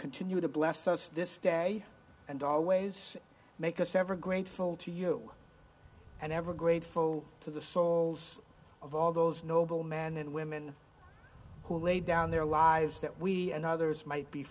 continue to bless us this day and always make us ever grateful to you and ever grateful to the souls of all those noble men and women who lay down their lives that we and others might be